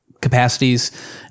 capacities